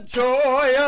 joy